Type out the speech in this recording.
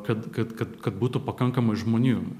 kad kad kad kad būtų pakankamai žmonių